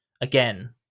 again